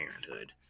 Parenthood